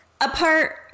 apart